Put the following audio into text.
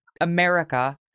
America